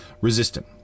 resistant